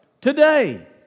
today